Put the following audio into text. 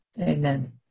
Amen